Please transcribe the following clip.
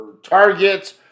targets